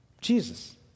Jesus